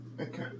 Okay